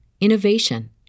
innovation